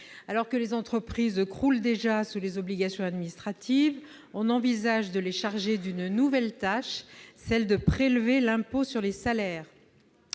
Alors que les entreprises croulent déjà sous les obligations administratives, on envisage de les charger d'une nouvelle tâche, celle de prélever l'impôt sur les salaires.